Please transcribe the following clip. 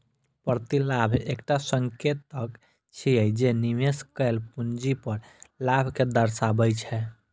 प्रतिलाभ एकटा संकेतक छियै, जे निवेश कैल पूंजी पर लाभ कें दर्शाबै छै